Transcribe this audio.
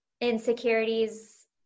insecurities